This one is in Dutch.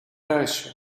huisje